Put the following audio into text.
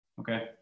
okay